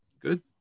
good